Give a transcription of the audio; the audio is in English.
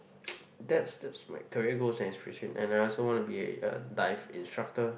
that's that's my career goals and aspirations and I also wanna be a dive instructor